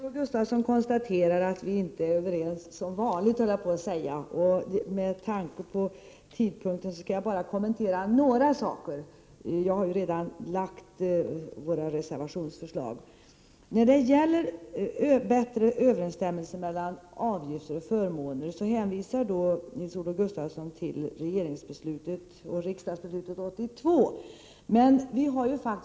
Herr talman! Nils-Olof Gustafsson konstaterar — som vanligt höll jag på att säga — att vi inte är överens. Med tanke på tidpunkten skall jag kommentera bara några saker. Våra reservationsförslag har ju redan lagts fram. När det gäller bättre överensstämmelse mellan avgifter och förmåner hänvisar Nils-Olof Gustafsson till regeringsbeslutet och riksdagsbeslutet 1982.